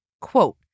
quote